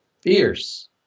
fierce